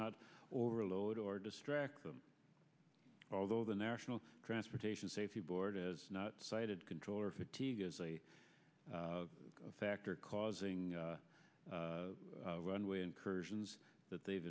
not overload or distract them although the national transportation safety board is not cited controller fatigue as a factor causing runway incursions that they've